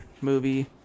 movie